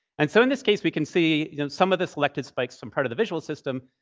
and so in this case, we can see you know some of the selected spikes, some part of the visual system.